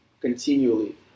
continually